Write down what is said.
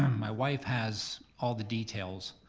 um my wife has all the details,